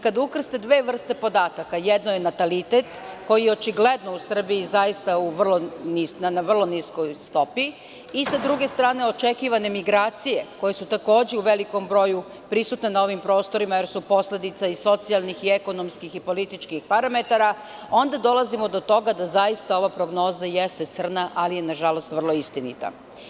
Kada se ukrste dve vrste podataka, jedno je natalitet, koji je u Srbiji očigledno na vrlo niskoj stopi, i, sa druge strane, očekivane migracije, koje su takođe u velikom broju prisutne na ovim prostorima, jer su posledica socijalnih, ekonomskih, političkih parametara, onda dolazimo do toga da zaista ova prognoza jeste crna, ali je i vrlo istinita.